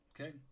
Okay